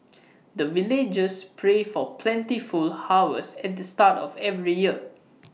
the villagers pray for plentiful harvest at the start of every year